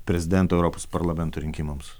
prezidento europos parlamento rinkimams